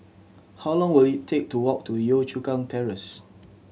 how long will it take to walk to Yio Chu Kang Terrace